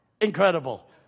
incredible